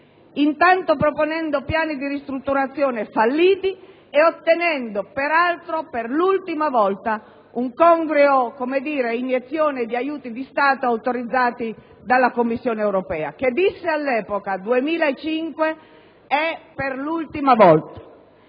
2006, proponendo piani di ristrutturazione falliti ed ottenendo, peraltro per l'ultima volta, una congrua iniezione di aiuti di Stato autorizzati dalla Commissione europea, che all'epoca, nel 2005,